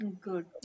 Good